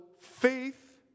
faith